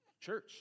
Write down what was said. church